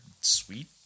sweet